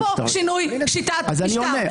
אין פה שינוי בשיטת משטר.